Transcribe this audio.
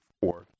four